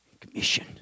Commission